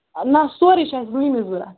نہ سورُے چھُ اَسہِ وُہمی ضوٚرَتھ